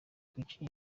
kuki